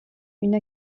une